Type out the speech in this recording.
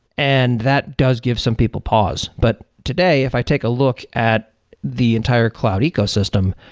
and that does give some people pause. but today, if i take a look at the entire cloud ecosystem,